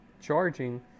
charging